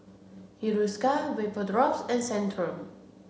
Hiruscar Vapodrops and Centrum